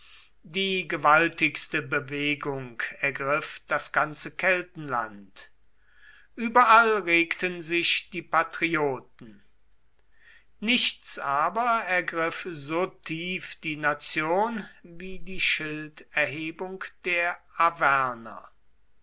die gewaltigste bewegung ergriff das ganze keltenland überall regten sich die patrioten nichts aber ergriff so tief die nation wie die schilderhebung der